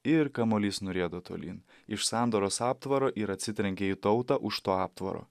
ir kamuolys nurieda tolyn iš sandoros aptvaro ir atsitrenkia į tautą už to aptvaro